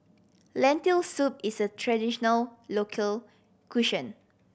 Lentil Soup is a traditional local